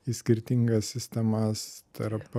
į skirtingas sistemas tarp